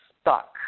stuck